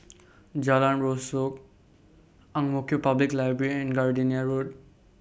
Jalan Rasok Ang Mo Kio Public Library and Gardenia Road